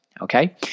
Okay